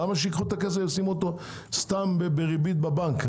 למה שייקחו את הכסף וישימו אותו סתם בריבית בבנק?